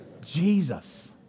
Jesus